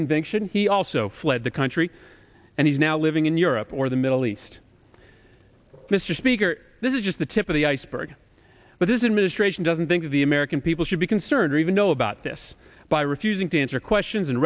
conviction he also fled the country and he's now living in europe or the middle east mr speaker this is just the tip of the iceberg but this administration doesn't think the american people should be concerned or even know about this by refusing to answer questions and